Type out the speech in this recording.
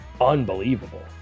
unbelievable